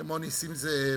כמו נסים זאב,